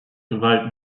gewalt